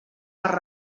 per